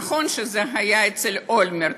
נכון שזה היה אצל אולמרט,